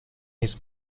his